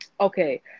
okay